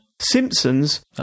Simpsons